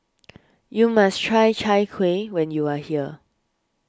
you must try Chai Kueh when you are here